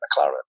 McLaren